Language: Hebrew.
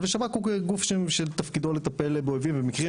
ושב"כ הוא גוף שתפקידו לטפל באויבים במקרים